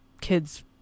kids